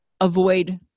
avoid